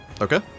okay